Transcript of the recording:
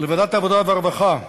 לוועדת העבודה והרווחה,